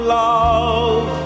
love